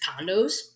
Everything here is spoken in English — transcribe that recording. condos